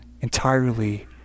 entirely